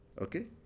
Okay